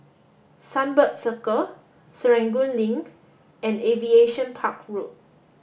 Sunbird Circle Serangoon Link and Aviation Park Road